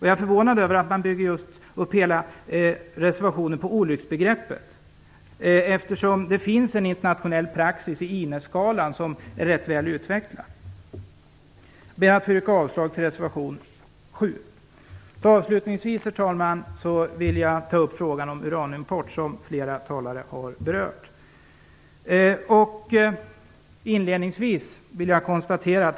Jag är förvånad över att man bygger upp hela reservationen just på olycksbegreppet, eftersom det finns en internationell praxis i INES-skalan som är rätt väl utvecklad. Jag vill alltså yrka avslag till reservation 7. Herr talman! Avslutningsvis vill jag ta upp frågan om uranimport, som flera talare här har berört.